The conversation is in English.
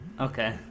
Okay